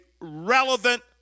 relevant